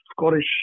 Scottish